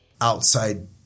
outside